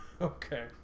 Okay